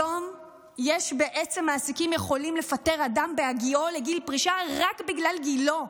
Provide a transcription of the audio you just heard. היום מעסיקים יכולים לפטר אדם בהגיעו לגיל פרישה רק בגלל גילו,